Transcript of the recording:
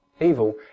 evil